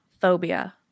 Phobia